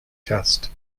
test